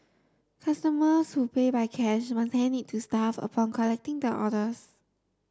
customers who pay by cash must hand it to staff upon collecting their orders